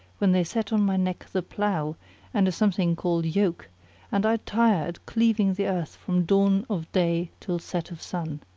when they set on my neck the plough and a something called yoke and i tire at cleaving the earth from dawn of day till set of sun.